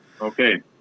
Okay